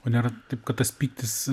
o nebūna taip kad tas pyktis